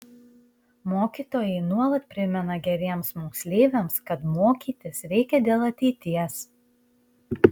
mokytojai nuolat primena geriems moksleiviams kad mokytis reikia dėl ateities